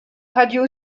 radio